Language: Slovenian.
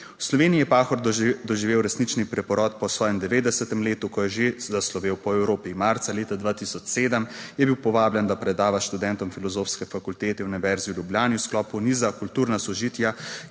V Sloveniji je Pahor doživel resnični preporod po svojem 90. letu, ko je že zaslovel po Evropi. Marca leta 2007 je bil povabljen, da predava študentom Filozofske fakultete Univerze v Ljubljani v sklopu niza Kulturna sožitja,